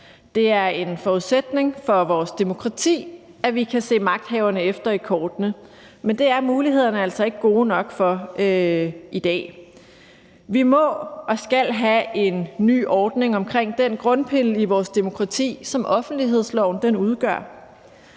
Det er en forudsætning for vores demokrati, at vi kan se magthaverne efter i kortene, men det er mulighederne altså ikke gode nok for i dag. Vi må og skal have en ny ordning omkring den grundpille i vores demokrati, som offentlighedsloven udgør.